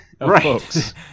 Right